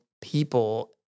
people